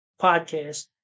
podcast